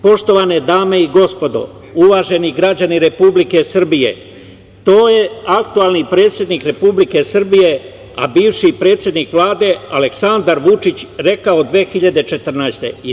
Poštovane dame i gospodo, uvaženi građani Republike Srbije, to je aktuelni predsednik Republike Srbije, a bivši predsednik Vlade, Aleksandar Vučić, rekao 2014. godine.